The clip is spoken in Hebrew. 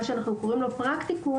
מה שאנחנו קוראים לו פרקטיקום,